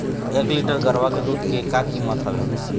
एक लीटर गरवा के दूध के का कीमत हवए?